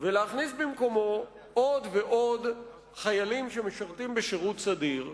ולהכניס במקומו עוד ועוד חיילים שמשרתים בשירות סדיר.